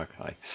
Okay